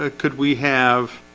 ah could we have?